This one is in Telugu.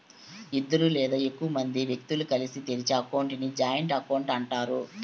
ఇద్దరు లేదా ఎక్కువ మంది వ్యక్తులు కలిసి తెరిచే అకౌంట్ ని జాయింట్ అకౌంట్ అంటారు